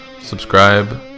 subscribe